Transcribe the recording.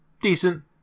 Decent